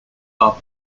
are